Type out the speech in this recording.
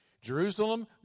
Jerusalem